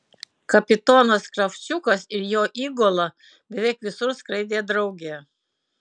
kapitonas kravčiukas ir jo įgula beveik visur skraidė drauge